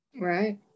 right